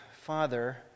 father